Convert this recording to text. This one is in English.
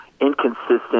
inconsistent